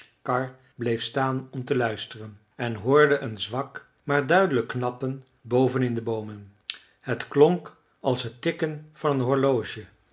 karr bleef staan om te luisteren en hoorde een zwak maar duidelijk knappen boven in de boomen het klonk als het tikken van een horloge